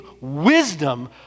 wisdom